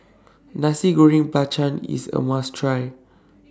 Nasi Goreng Belacan IS A must Try